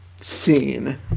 scene